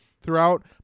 throughout